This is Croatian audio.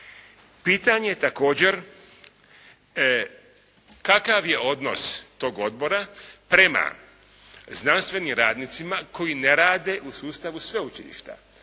Pitanje je također kakav je odnos tog odbora prema znanstvenim radnicima koji ne rade u sustavu sveučilišta?